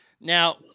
Now